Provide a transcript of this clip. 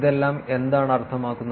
ഇതെല്ലാം എന്താണ് അർത്ഥമാക്കുന്നത്